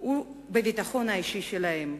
ובביטחון האישי שלהם.